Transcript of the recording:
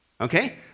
okay